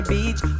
Beach